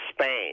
Spain